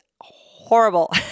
horrible